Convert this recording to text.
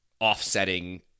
offsetting